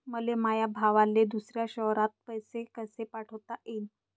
मले माया भावाले दुसऱ्या शयरात पैसे कसे पाठवता येईन?